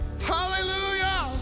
Hallelujah